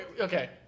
Okay